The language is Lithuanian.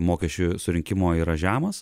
mokesčių surinkimo yra žemas